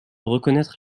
reconnaître